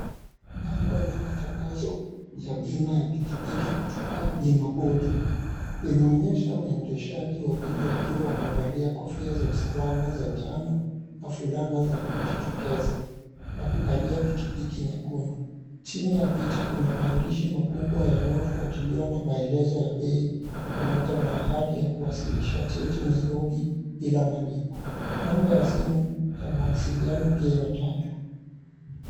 Bango la matangazo ya bima ya pikipiki kutoka bima boda inaonyesha waendeshaji wawili wakiwa wamevalia Kofia za usalama ya njano na fulana ya kujitokeza nakukalia pikipiki nyekundu. Chini ya picha, kuna maandishi makubwa yanayofuatiliwa na maelezo ya bei pamoja na ahadi ya kuwasilisha cheti Nairobi bila malipo number ya simu ya mawasiliano pia imetajwa.